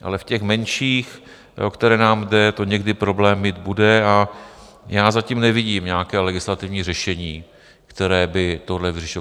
Ale v těch menších, o které nám jde, to někdy problém bude, a já zatím nevidím nějaké legislativní řešení, které by tohle vyřešilo.